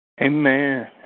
Amen